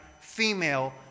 female